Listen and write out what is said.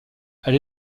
elle